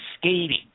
skating